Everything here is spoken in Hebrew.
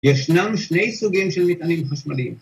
‫ישנם שני סוגים של מטענים חשמליים.